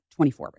24